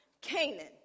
Canaan